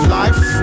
life